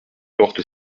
porte